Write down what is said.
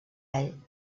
ell